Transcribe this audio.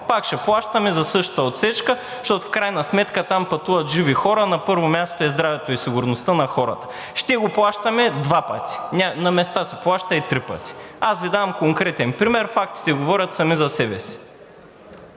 Пак ще плащаме за същата отсечка, защото в крайна сметка там пътуват живи хора, а на първо място е здравето и сигурността на хората. Ще го плащаме два пъти, а на места се плаща и три пъти. Аз Ви давам конкретен пример, фактите говорят сами за себе си.